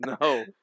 no